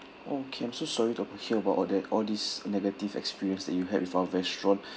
okay I'm so sorry to hear about all that all this negative experience that you had with our restaurant